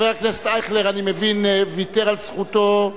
חבר הכנסת אייכלר, אני מבין, ויתר על זכותו.